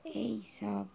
এইসব